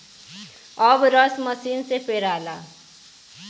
अब रस मसीन से पेराला